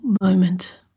moment